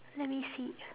let me see